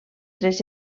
tres